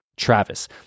Travis